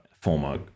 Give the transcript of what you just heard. former